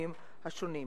בתחומים השונים.